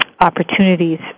opportunities